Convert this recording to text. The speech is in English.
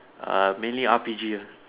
err mainly R_P_G ah